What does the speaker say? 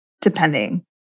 depending